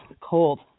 cold